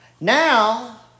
Now